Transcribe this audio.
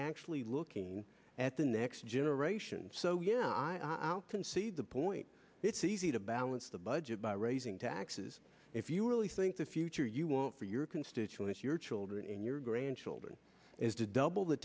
actually looking at the next generation so yeah i'll concede the point it's easy to balance the budget by raising taxes if you really think the future you want for your constituents your children and your grandchildren is to double the